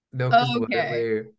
okay